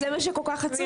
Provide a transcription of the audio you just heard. זה מה שכל כך עצוב.